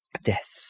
Death